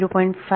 5 0